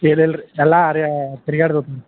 ಇರ್ ಇಲ್ರಿ ಎಲ್ಲಾ ಆರಿಯ ತಿರ್ಗ್ಯಾಡಬೇಕು